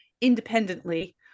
independently